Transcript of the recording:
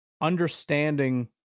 understanding